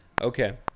okay